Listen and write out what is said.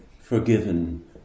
forgiven